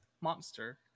monster